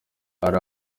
hari